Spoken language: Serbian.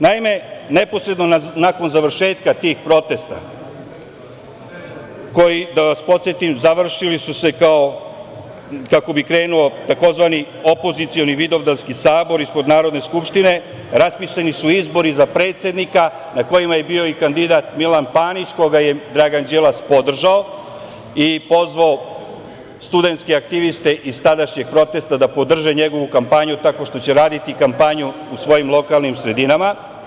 Naime, neposredno nakon završetka tih protesta, koji su, da vas podsetim, završili kako bi krenuo tzv. opozicioni vidovdanski sabor ispred Narodne skupštine, raspisani su izbori za predsednika, na kojima je bio i kandidat Milan Panić, koga je Dragan Đilas podržao i pozvao studentske aktiviste iz tadašnjeg protesta da podrže njegovu kampanju tako što će raditi kampanju u svojim lokalnim sredinama.